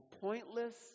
pointless